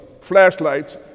flashlights